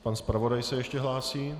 Pan zpravodaj se ještě hlásí.